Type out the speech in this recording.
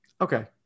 Okay